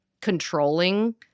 controlling